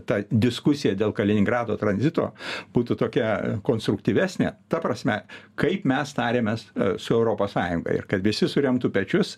ta diskusija dėl kaliningrado tranzito būtų tokia konstruktyvesnė ta prasme kaip mes tariamės su europos sąjunga ir kad visi suremtų pečius